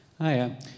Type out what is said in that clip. Hi